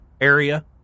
area